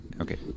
Okay